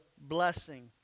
blessing